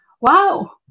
Wow